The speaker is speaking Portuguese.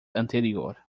anterior